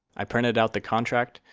i printed out the contract,